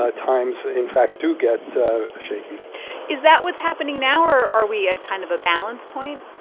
ah times, in fact, do get shaky is that what's happening now? or are we at kind of a balance point?